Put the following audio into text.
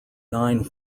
nine